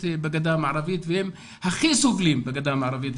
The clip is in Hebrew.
בגדה המערבית והם הכי סובלים בגדה המערבית,